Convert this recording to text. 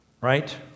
right